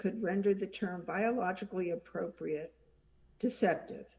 could render the term biologically appropriate deceptive